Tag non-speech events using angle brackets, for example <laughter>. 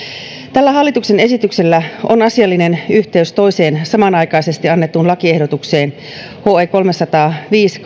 tällä hallituksen esityksellä on asiallinen yhteys toiseen samanaikaisesti annettuun lakiehdotukseen kolmesataaviisi <unintelligible>